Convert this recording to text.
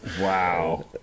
Wow